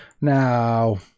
Now